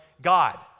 God